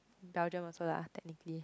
Belgium also lah technically